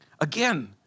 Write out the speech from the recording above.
Again